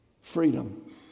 freedom